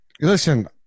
Listen